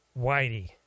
Whitey